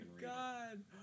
God